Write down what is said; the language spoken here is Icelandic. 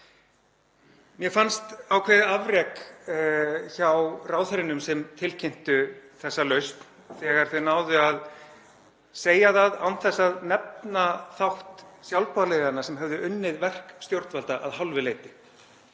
Mér fannst ákveðið afrek hjá ráðherrunum sem tilkynntu þessa lausn þegar þeir náðu að segja það án þess að nefna þátt sjálfboðaliðanna sem höfðu unnið verk stjórnvalda að hálfu leyti.